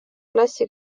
klassi